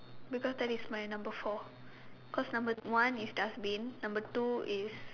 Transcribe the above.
because that is my number four cause number one is dustbin number two is